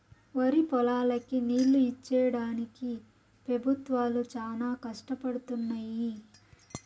వరిపొలాలకి నీళ్ళు ఇచ్చేడానికి పెబుత్వాలు చానా కష్టపడుతున్నయ్యి